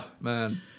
man